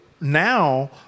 now